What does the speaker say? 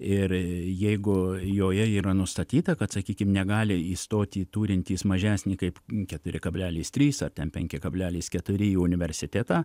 ir jeigu joje yra nustatyta kad sakykim negali įstoti turintys mažesnį kaip keturi kablelis trys ar ten penki kablelis keturi į universitetą